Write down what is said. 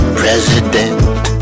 president